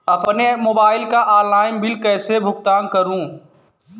अपने मोबाइल का online bill कैसे भुगतान करूं?